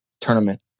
tournament